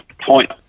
Point